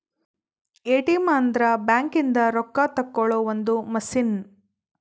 ATM ಅಂದ್ರ bank ಇಂದ ರೊಕ್ಕ ತೆಕ್ಕೊಳೊ ಒಂದ್ ಮಸಿನ್